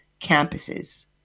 campuses